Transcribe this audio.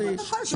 אל תפריעי.